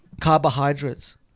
Carbohydrates